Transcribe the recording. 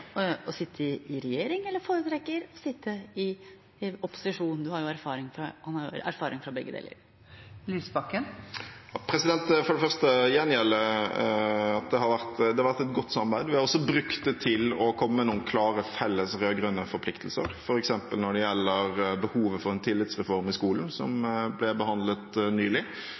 å sitte i regjering eller foretrekker å sitte i opposisjon. Han har jo erfaring med begge deler. Jeg vil for det første gjengjelde og si at det har vært et godt samarbeid, som vi også har brukt til å komme med noen klare felles rød-grønne forpliktelser, f.eks. når det gjelder behovet for en tillitsreform i skolen, som ble behandlet nylig,